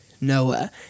Noah